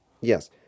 Yes